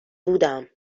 بودم